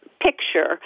picture